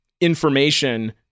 information